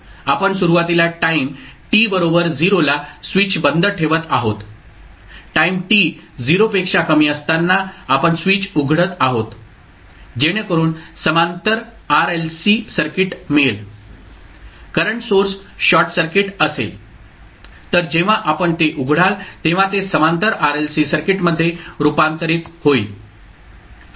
आपण सुरुवातीला time t बरोबर 0 ला स्विच बंद ठेवत आहोत टाईम t 0 पेक्षा कमी असताना आपण स्विच उघडत आहोत जेणेकरून समांतर RLC सर्किट मिळेल करंट सोर्स शॉर्ट सर्किट असेल तर जेव्हा आपण ते उघडाल तेव्हा ते समांतर RLC सर्किटमध्ये रुपांतरित होईल